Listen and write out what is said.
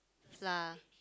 flour